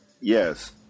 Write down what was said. Yes